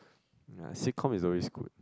ya sitcom is always good